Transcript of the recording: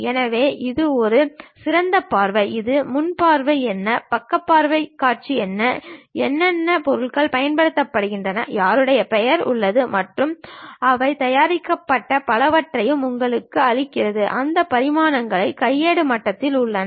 எனவே இது ஒரு சிறந்த பார்வை எது முன் பார்வை என்ன பக்கக் காட்சி என்ன என்னென்ன பொருட்கள் பயன்படுத்தப்பட்டுள்ளன யாருடைய பெயர் உள்ளது மற்றும் அவை தயாரிக்கப்பட்டதும் பலவற்றையும் உங்களுக்கு அளிக்கிறது அந்த பரிமாணங்கள் கையேடு மட்டத்திலும் உள்ளன